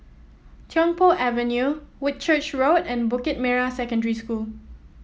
Tiong Poh Avenue Whitchurch Road and Bukit Merah Secondary School